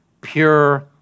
pure